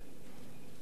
כנסת נכבדה,